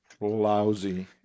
lousy